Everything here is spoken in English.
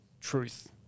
truth